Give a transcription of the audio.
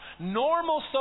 normal